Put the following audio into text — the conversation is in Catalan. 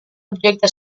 objecte